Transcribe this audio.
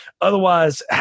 otherwise